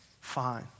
fine